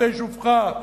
כרותי שופכה,